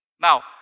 Now